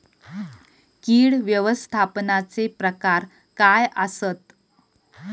कीड व्यवस्थापनाचे प्रकार काय आसत?